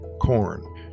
corn